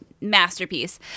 masterpiece